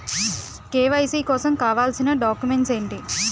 KYC కోసం కావాల్సిన documents ఎంటి?